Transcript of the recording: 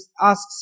asks